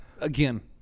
again